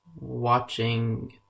watching